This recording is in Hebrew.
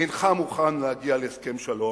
אינך מוכן להגיע להסכם שלום.